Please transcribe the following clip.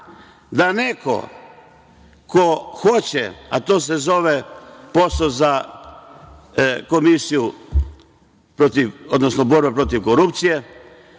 neko hoće, a to se zove posao za komisiju, odnosno borbu protiv korupcije,